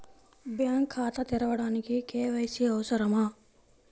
Bank ఖాతా తెరవడానికి KYC అవసరమా?